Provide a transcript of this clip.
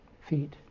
feet